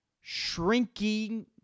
shrinking